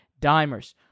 dimers